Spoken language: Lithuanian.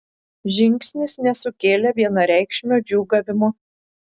žingsnis nesukėlė vienareikšmio džiūgavimo